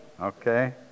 Okay